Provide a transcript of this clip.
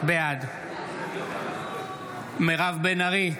בעד מירב בן ארי,